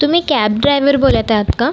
तुम्ही cab driver बोलत आहात का